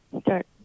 start